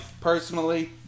personally